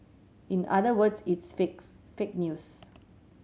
in other words it's fakes fake news